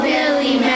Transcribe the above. Billy